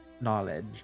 knowledge